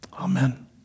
Amen